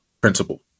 principle